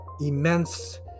immense